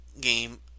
game